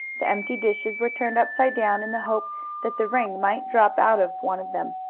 the empty dishes were turned upside down in the hope that the ring might drop out of one of them.